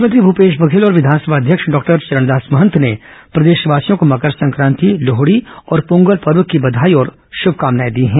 मुख्यमंत्री भूपेश बधेल और विघानसभा अध्यक्ष डॉक्टर चरणदास महंत ने प्रदेशवासियों को मकर संक्रांति लोहड़ी और पोंगल पर्व की बधाई और शुभकामनाएं दी हैं